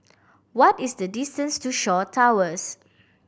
what is the distance to Shaw Towers